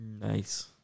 Nice